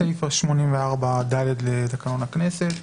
לפי סעיף 84א(ד) לתקנון הכנסת,